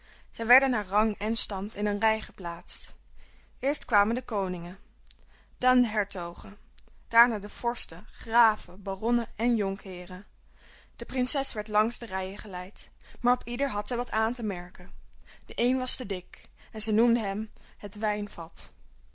zij werden naar rang en stand in een rij geplaatst eerst kwamen de koningen dan de hertogen daarna de vorsten graven baronnen en jonkheeren de prinses werd langs de rijen geleid maar op ieder had zij wat aan te merken de een was te dik en zij noemde hem het wijnvat